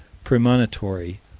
premonitory,